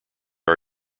are